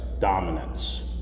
dominance